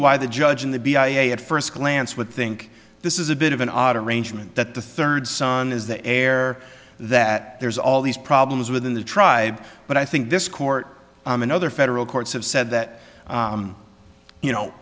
why the judge in the b i a at first glance would think this is a bit of an odd arrangement that the third son is the heir that there's all these problems within the tribe but i think this court and other federal courts have said that you know